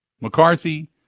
McCarthy